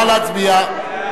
נא להצביע.